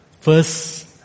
First